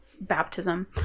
baptism